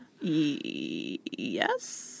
Yes